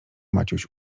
maciuś